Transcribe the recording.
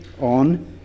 on